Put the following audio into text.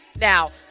Now